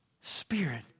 Spirit